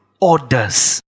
orders